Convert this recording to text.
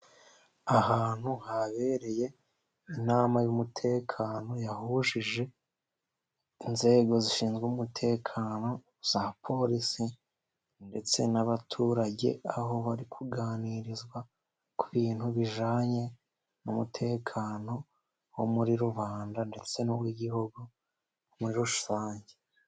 Ahantu habereye inama y'umutekano, yahujije inzego zishinzwe umutekano za polisi ndetse n'abaturage, aho bari kuganirizwa ku bintu bijyanye n'umutekano wo muri rubanda, ndetse n'uw'igihugu muri rusange.